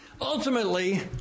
ultimately